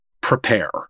Prepare